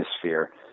atmosphere